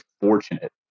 fortunate